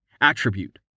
Attribute